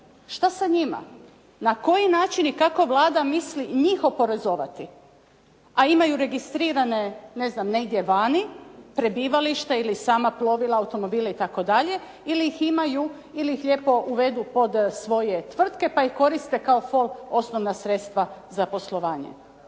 Što sa njima? Na koji način i kako Vlada misli njih oporezovati? A imaju registrirane ne znam negdje vani, prebivalište ili sama plovila ili automobile itd. ili ih imaju ili ih lijepo uvedu pod svoje tvrtke pa ih koriste kao fol osnovana sredstva za poslovanje?